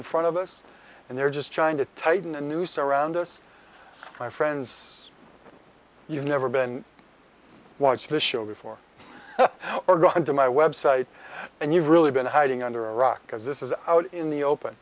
in front of us and they're just trying to tighten the noose around us my friends you never been watch this show before or gone to my website and you've really been hiding under a rock because this is out in the open